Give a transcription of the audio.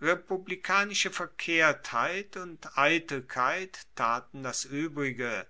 republikanische verkehrtheit und eitelkeit taten das uebrige